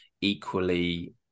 equally